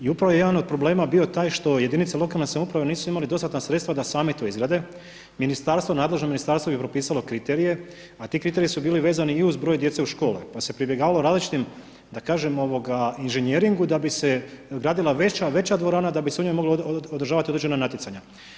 I upravo je jedan od problema bio taj što jedinice lokalne samouprave nisu imali dostatna sredstva da sami to izrade, Ministarstvo, nadležno ministarstvo je propisalo kriterije a ti kriteriji su bili vezani i uz broj djece u školama, pa se pribjegavalo različitim, da kažem inženjeringu da bi se gradila veća, veća dvorana da bi se u njoj mogla održavati određena natjecanja.